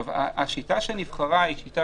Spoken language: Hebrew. השיטה שנבחרה היא שיטה